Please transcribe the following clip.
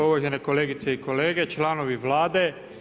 Uvažene kolegice i kolege, članovi Vlade.